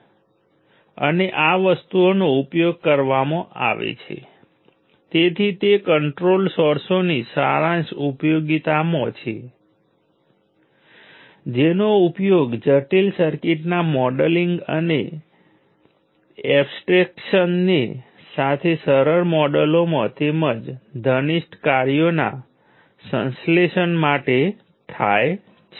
મેં તેને એક ચોક્કસ કેસ માટે બતાવ્યું છે તમે હંમેશા તેને બીજા કંઈક માટે અજમાવી શકો છો ચાલો કહીએ કે તમે ટર્મિનલ 2 ને રેફરન્સ ટર્મિનલ બનાવી શકો છો અને શું થાય છે તે જોઈ શકો છો